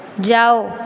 जाओ